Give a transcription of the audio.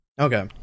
Okay